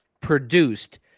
produced